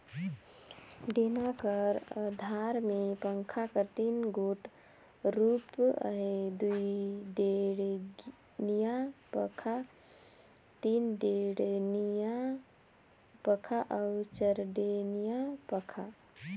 डेना कर अधार मे पंखा कर तीन गोट रूप अहे दुईडेनिया पखा, तीनडेनिया पखा अउ चरडेनिया पखा